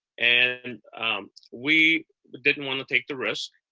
and we didn't want to take the risk.